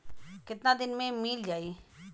कितना दिन में मील जाई?